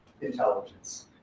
intelligence